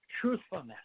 truthfulness